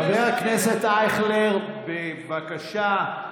חבר הכנסת אייכלר, בבקשה.